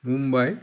Mumbai